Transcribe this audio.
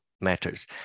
matters